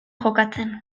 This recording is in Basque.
jokatzen